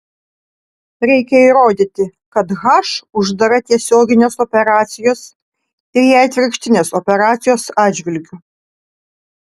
reikia įrodyti kad h uždara tiesioginės operacijos ir jai atvirkštinės operacijos atžvilgiu